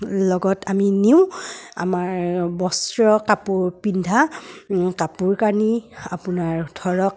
লগত আমি নিওঁ আমাৰ বস্ত্ৰ কাপোৰ পিন্ধা কাপোৰ কানি আপোনাৰ ধৰক